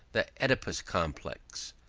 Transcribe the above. the oedipus complex,